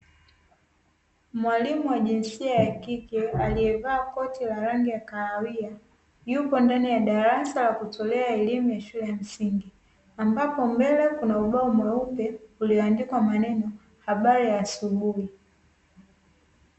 Mwalimu wa jinsia ya kike aliyevaa koti ya rangi ya kahawia, yupo ndani ya darasa ya kutolea elimu ya shule ya msingi. Ambapo mbele kuna nyeupe iliyoandikwa maneno habari ya asubuhi.